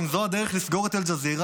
אם זאת הדרך לסגור את אל-ג'זירה,